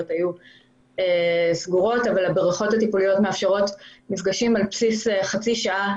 היו סגורות אבל הבריכות הטיפוליות מאפשרות מפגשים על בסיס חצי שעה,